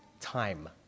Time